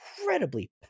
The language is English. incredibly